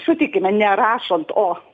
sutikime ne rašant o